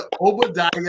Obadiah